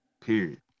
period